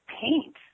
paint